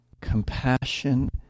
compassion